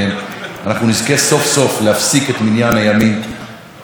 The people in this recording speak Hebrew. סוף-סוף להפסיק את מניין הימים המשוגע הזה,